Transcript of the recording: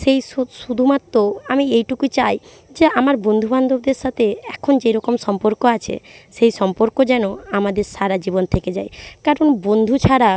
সেই শুধুমাত্র আমি এইটুকুই চাই যে আমার বন্ধু বান্ধবদের সাথে এখন যেরকম সম্পর্ক আছে সেই সম্পর্ক যেন আমাদের সারাজীবন থেকে যায় কারণ বন্ধু ছাড়া